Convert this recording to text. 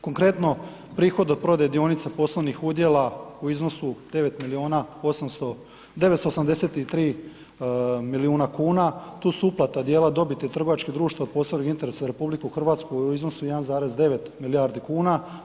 Konkretno prihod od prodaje dionica poslovnih udjela u iznosu 9 milijuna osamsto, 983 milijuna kuna, tu su uplata djela dobiti trgovačkih društva od posebnog interesa za RH u iznosu 1,9 milijardi kuna.